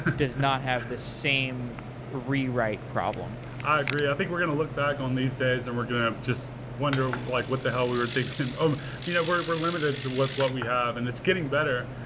does not have the same rewrite problem. problem. i agree. i think we're going to look back on these days and we're going to just wonder like what the hell we were thinking. um you know we're we're limited to what what we have, and it's getting better.